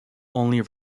only